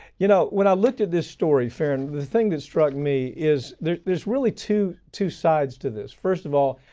you know when i looked at this story farron, the thing that struck me is there's there's really two two sides to this. first of all,